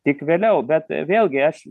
tik vėliau bet vėlgi aš